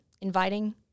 inviting